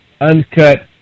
uncut